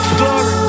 glory